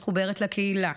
מחוברת לקהילה,